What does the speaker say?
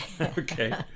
okay